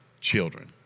children